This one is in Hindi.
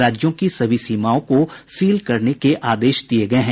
राज्यों की सभी सीमाओं के सील करने का आदेश दिये गये हैं